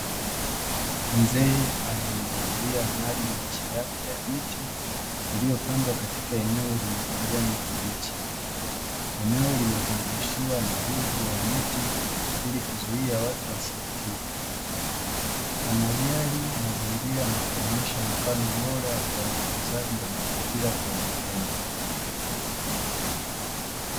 Mzee ananyunyizia maji miche yake ya miti, iliyopandwa katika eneo lenye kijani kibichi, eneo limezungushiwa na wigo wa miti ili kuzuia watu wasikatize, anajali mazingira na kuonyesha mfano bora wa utunzaji wa mazingira kwa vitendo.